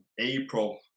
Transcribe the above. April